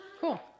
Cool